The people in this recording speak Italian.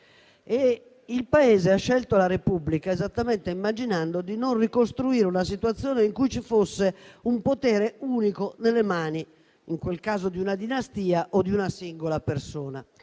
il Paese ha scelto la Repubblica esattamente immaginando di non ricostruire una situazione in cui ci fosse un potere unico nelle mani, in quel caso, di una dinastia o di una singola persona.